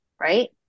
right